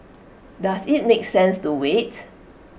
does IT make sense to wait